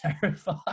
terrified